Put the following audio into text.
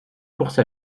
course